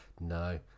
no